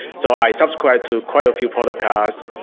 so i subscribed to quite a few podcasts.